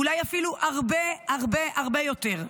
אולי אפילו הרבה הרבה הרבה יותר.